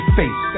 face